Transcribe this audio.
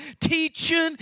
teaching